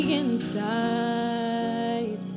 inside